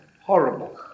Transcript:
horrible